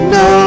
no